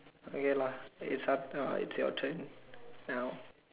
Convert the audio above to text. okay lah it's up no it's your turn now